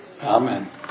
Amen